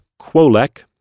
Quolec